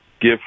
give